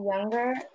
younger